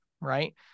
Right